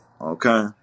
Okay